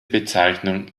bezeichnung